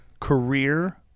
career